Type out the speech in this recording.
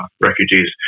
refugees